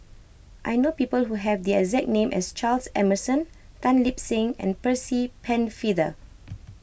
I know people who have the exact name as Charles Emmerson Tan Lip Seng and Percy Pennefather